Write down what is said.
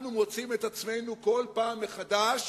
אנחנו מוצאים את עצמנו כל פעם מחדש